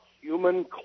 human